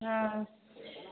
हँ